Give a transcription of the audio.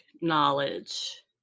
knowledge